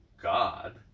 God